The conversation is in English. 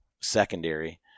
secondary